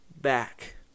back